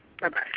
Bye-bye